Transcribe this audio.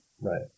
Right